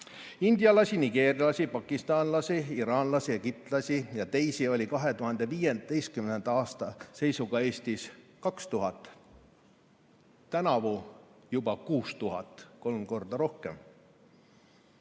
Indialasi, nigeerlasi, pakistanlasi, iraanlasi, egiptlasi ja teisi oli 2015. aasta seisuga Eestis 2000, tänavu juba 6000 – kolm korda rohkem.